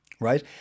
right